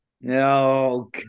No